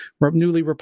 newly